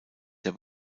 der